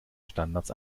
standards